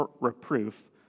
reproof